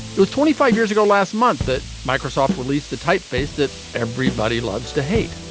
it was twenty five years ago last month that microsoft released the typeface that everybody loves to hate.